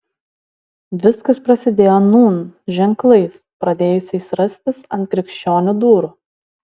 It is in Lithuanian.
viskas prasidėjo nūn ženklais pradėjusiais rastis ant krikščionių durų